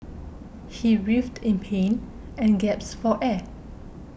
he writhed in pain and gasped for air